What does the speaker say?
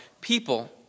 people